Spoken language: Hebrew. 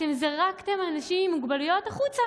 אתם זרקתם אנשים עם מוגבלויות לנבכי הביורוקרטיה.